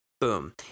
Boom